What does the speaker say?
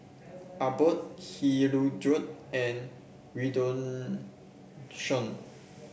Abbott Hirudoid and Redoxon